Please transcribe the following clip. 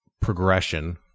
progression